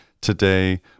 today